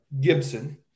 Gibson